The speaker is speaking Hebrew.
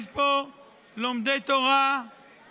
יש פה לומדי תורה וחיילים,